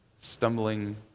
stumbling